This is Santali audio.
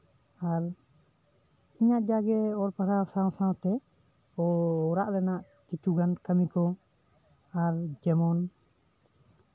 ᱟᱨ ᱤᱧᱟᱹᱜ ᱡᱟᱜᱮ ᱚᱞ ᱯᱟᱲᱦᱟᱣ ᱥᱟᱶ ᱥᱟᱶᱛᱮ ᱚᱲᱟᱜ ᱨᱮᱱᱟᱜ ᱠᱤᱪᱷᱩ ᱜᱟᱱ ᱠᱟᱢᱤ ᱠᱚ ᱟᱨ ᱡᱮᱢᱚᱱ